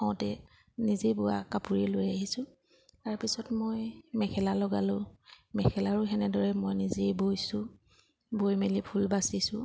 হওঁতে নিজেই বোৱা কাপোৰেই লৈ আহিছোঁ তাৰপিছত মই মেখেলা লগালোঁ মেখেলাৰো সেনেদৰে মই নিজেই বৈছোঁ বৈ মেলি ফুল বাচিছোঁ